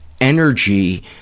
energy